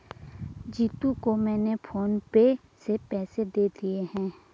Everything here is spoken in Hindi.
जीतू को मैंने फोन पे से पैसे दे दिए हैं